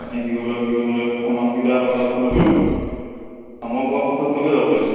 এনে কি কৰিব লাগিব কি কৰিব লাগিব প্ৰথম মানুহকেইটাৰ লগত আলোচনা কৰিব লাগিব মই কোৱা প্ৰচেছমতে যাব লাগিব